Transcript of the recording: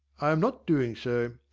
i am not doing so.